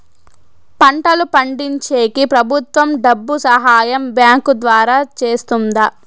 పంటలు పండించేకి ప్రభుత్వం డబ్బు సహాయం బ్యాంకు ద్వారా చేస్తుందా?